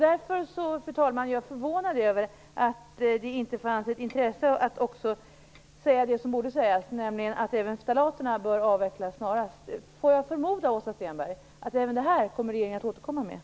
Därför, fru talman, är jag förvånad över att det inte fanns ett intresse av att också säga det som borde sägas, nämligen att även ftalaterna bör avvecklas snarast. Får jag förmoda, Åsa Stenberg, att regeringen kommer åter med även detta?